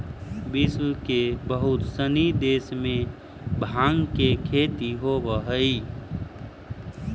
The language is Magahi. विश्व के बहुत सनी देश में भाँग के खेती होवऽ हइ